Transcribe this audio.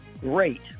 great